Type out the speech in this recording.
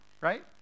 right